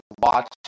watch